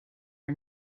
are